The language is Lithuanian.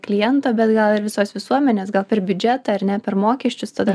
klientą bet gal ir visos visuomenės gal per biudžetą ar ne per mokesčius tada